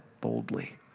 boldly